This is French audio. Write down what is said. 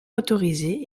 motorisé